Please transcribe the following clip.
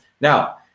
Now